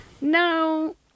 No